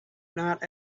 night